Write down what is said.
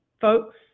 folks